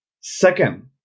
Second